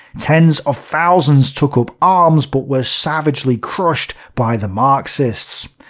tens of thousands took up arms, but were savagely crushed by the marxists.